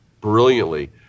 brilliantly